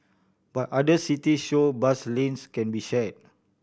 but other city show bus lanes can be share